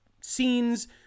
scenes